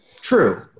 True